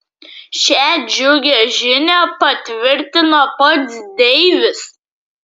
šią džiugią žinią patvirtino pats deivis